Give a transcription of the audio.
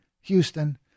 Houston